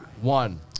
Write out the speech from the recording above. One